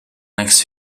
next